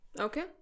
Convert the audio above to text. okay